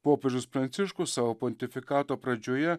popiežius pranciškus savo pontifikato pradžioje